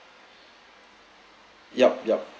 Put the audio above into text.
yup yup